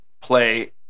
play